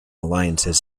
alliances